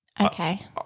Okay